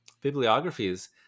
bibliographies